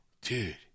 dude